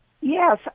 yes